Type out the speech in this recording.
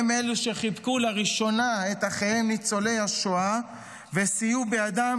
הם אלו שחיבקו לראשונה את אחיהם ניצולי השואה וסייעו בידם